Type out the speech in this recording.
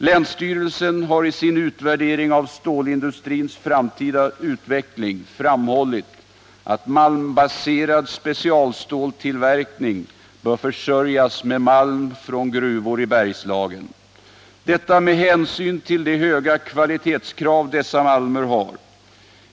Länsstyrelsen har i sin utvärdering av stålindustrins framtida utveckling framhållit att malmbaserad specialstålstillverkning bör försörjas med malm från gruvor i Bergslagen, detta med hänsyn till de höga kvalitetskrav som ställs på dessa malmer.